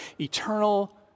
eternal